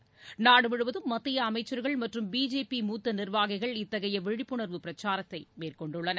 வீடாக சென்று நாடு முழுவதும் மத்திய அமைச்சர்கள் மற்றும் பிஜேபி மூத்த நிர்வாகிகள் இத்தகைய விழிப்புணர்வு பிரச்சாரத்தை மேற்கொண்டுள்ளனர்